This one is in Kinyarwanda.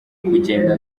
kugenda